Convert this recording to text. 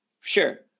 Sure